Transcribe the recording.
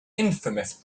infamous